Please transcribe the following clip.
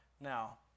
Now